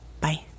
Bye